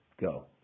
Go